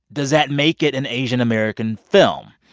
does that make it an asian-american film?